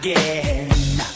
Again